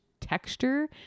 texture